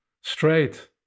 straight